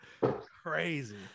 Crazy